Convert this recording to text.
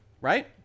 right